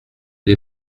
les